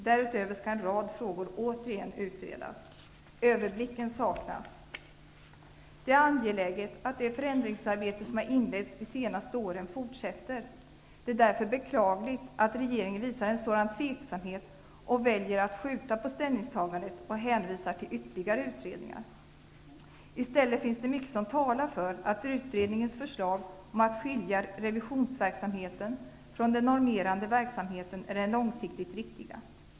Därutöver skall en rad frågor återigen utredas. Överblicken saknas. Det är angeläget att det förändringsarbete som har inletts de senaste åren fortsätter. Det är därför beklagligt att regeringen visar en sådan tveksamhet och väljer att skjuta på ställningstagandet och hänvisar till ytterligare utredningar. I stället finns det mycket som talar för att utredningens förslag om att skilja revisionsverksamhet från den normerande verksamheten är den långsiktigt riktiga.